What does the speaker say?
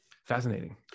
fascinating